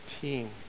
team